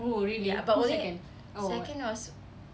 oh really ah who's second or what